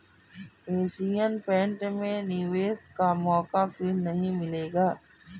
Asian paint में निवेश का मौका फिर नही मिलेगा